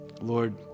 Lord